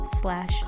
slash